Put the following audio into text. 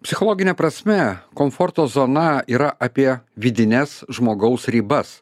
psichologine prasme komforto zona yra apie vidines žmogaus ribas